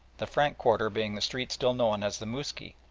the frank quarter being the street still known as the mousky,